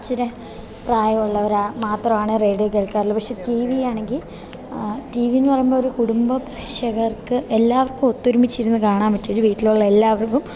ഇച്ചിരെ പ്രായമുള്ളവരാണ് മാത്രമാണ് റേഡിയോ കേൾക്കാറുള്ളു പക്ഷേ ടി വി ആണെങ്കിൽ ടി വിയെന്നു പറയുമ്പോൾ ഒരു കുടുംബപ്രേക്ഷകർക്ക് എല്ലാവർക്കും ഒത്തൊരുമിച്ചിരുന്ന് കാണാൻ പറ്റും ഒരു വീട്ടിലുള്ള എല്ലാവർക്കും